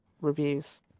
Reviews